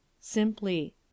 Simply